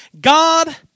God